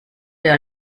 der